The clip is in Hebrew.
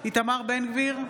איתמר בן גביר,